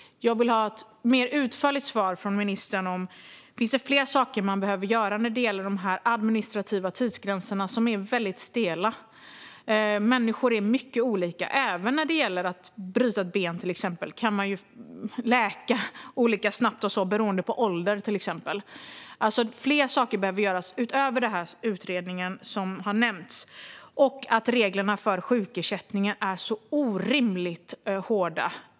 Jag vill ha ett mer utförligt svar från ministern om det finns fler saker som behöver göras när det gäller de administrativa tidsgränserna, som är väldigt stela. Människor är mycket olika. Även när det gäller att bryta ett ben, till exempel, kan man läka olika snabbt beroende på exempelvis ålder. Fler saker behöver göras utöver den utredning som har nämnts. Reglerna för sjukersättning är orimligt hårda.